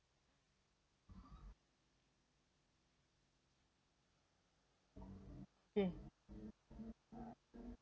okay